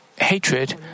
hatred